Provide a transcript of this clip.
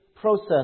process